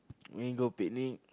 we go picnic